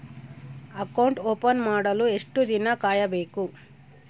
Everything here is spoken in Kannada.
ಅಕೌಂಟ್ ಓಪನ್ ಮಾಡಲು ಎಷ್ಟು ದಿನ ಕಾಯಬೇಕು?